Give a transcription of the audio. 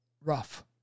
rough